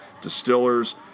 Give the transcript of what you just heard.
distillers